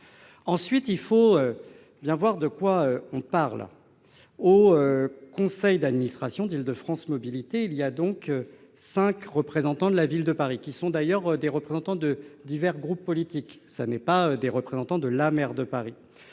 Ensuite, il faut bien voir de quoi nous parlons. Au conseil d'administration d'Île-de-France Mobilités, il y a cinq représentants de la Ville de Paris. D'ailleurs, ils émanent de divers groupes politiques ; ce ne sont pas des représentants de la maire de Paris.